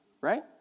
Right